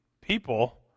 people